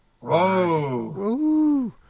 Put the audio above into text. Whoa